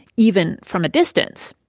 even from a distance.